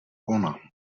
ona